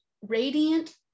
radiant